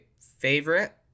favorite